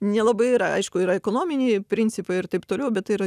nelabai yra aišku yra ekonominiai principai ir taip toliau bet tai yra